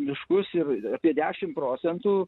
miškus ir apie dešimt procentų